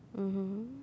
mmhmm